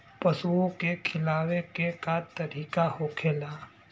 पशुओं के खिलावे के का तरीका होखेला?